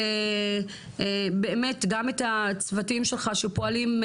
ויש פה גם את הצוותים שלך שפועלים,